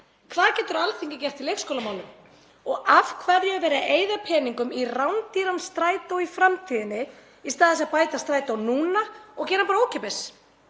Hvað getur Alþingi gert í leikskólamálum? Og af hverju er verið að eyða peningum í rándýran strætó í framtíðinni í stað þess að bæta strætó núna og gera hann bara ókeypis?